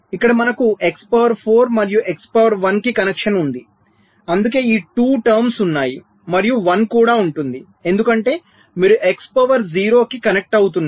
ఇక్కడ మనకు x power 4 మరియు x పవర్ 1 కి కనెక్షన్ ఉంది అందుకే ఈ 2 టర్మ్స్ ఉన్నాయి మరియు 1 కూడా ఉంటుంది ఎందుకంటే మీరు x పవర్ 0 కి కనెక్ట్ అవుతున్నారు